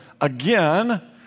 Again